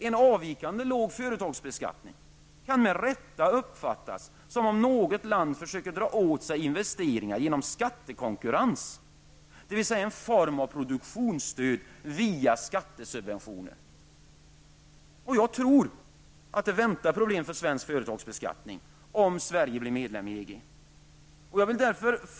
En avvikande låg företagsbeskattning kan med rätta uppfattas så, att något land skulle försöka dra åt sig investeringar genom skattekonkurrens, dvs. en form av produktionsstöd via skattesubventioner. Jag tror att vi har att vänta problem för svensk företagsbeskattning om Sverige blir medlem i EG.